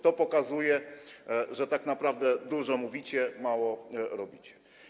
To pokazuje, że tak naprawdę dużo mówicie, mało robicie.